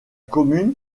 commune